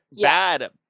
bad